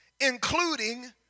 including